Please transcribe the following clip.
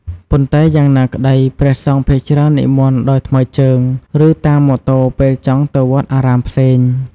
ប៉ុន្តែយ៉ាងណាក្ដី ព្រះសង្ឃភាគច្រើននិមន្តដោយថ្មើជើង ឬ តាមម៉ូតូពេលចង់ទៅវត្តអារាមផ្សេង។